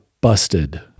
busted